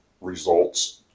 results